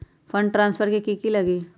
Fund transfer कि की लगी?